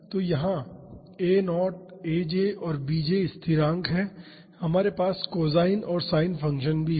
तो यहाँ a0 aj और bj स्थिरांक हैं और हमारे पास कोसाइन और साइन फ़ंक्शन भी हैं